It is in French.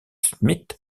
smith